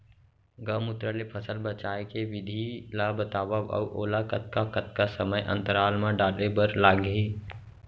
गौमूत्र ले फसल बचाए के विधि ला बतावव अऊ ओला कतका कतका समय अंतराल मा डाले बर लागही?